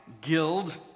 Guild